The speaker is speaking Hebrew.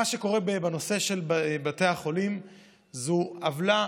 מה שקורה בנושא של בבתי החולים זו עוולה